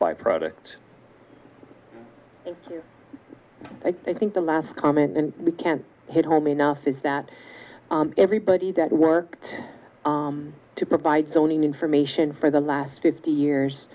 by product i think the last comment we can't hit home enough is that everybody that worked to provide zoning information for the last fifty years